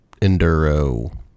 enduro